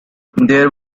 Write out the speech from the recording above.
these